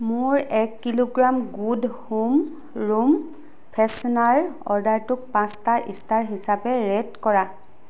মোৰ এক kilogram good home room freshener অৰ্ডাৰটোক পাঁচটা ষ্টাৰ হিচাপে ৰে'ট কৰা